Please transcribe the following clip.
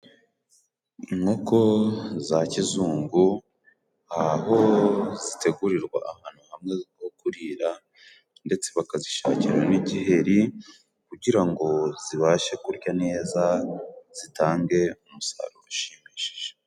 Inkoko za kizungu aho zitegurirwa ahantu hamwe ho kurira, ndetse bakazishakira n'igiheri kugira ngo zibashe kurya neza zitange umusaruro ushimishije.